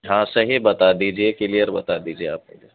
ہاں صحیح بتا دیجیے کلیئر بتا دیجیے آپ مجھے